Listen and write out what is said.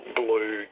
blue